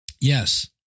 Yes